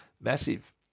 Massive